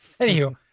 Anywho